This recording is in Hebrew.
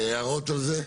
הערות על זה?